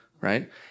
right